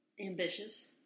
Ambitious